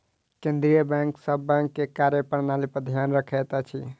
केंद्रीय बैंक सभ बैंक के कार्य प्रणाली पर ध्यान रखैत अछि